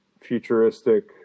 futuristic